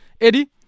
Eddie